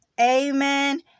Amen